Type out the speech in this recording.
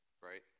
right